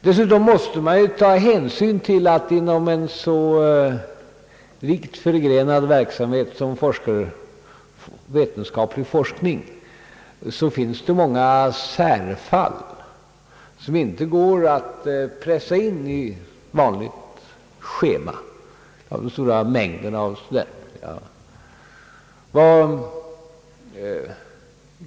Dessutom bör vi ta hänsyn till att det inom en så rikt förgrenad verksamhet som vetenskaplig forskning finns många särfall som det inte går att pressa in i vanliga schemabundna studier för den stora mängden av studenter.